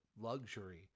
luxury